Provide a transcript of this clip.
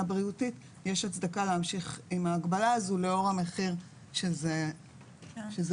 בריאותית יש הצדקה להמשיך עם ההגבלה הזו לאור המחיר שזה גובה.